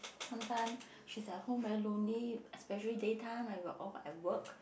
sometime she's at home very lonely especially daytime I got off at work